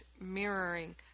mirroring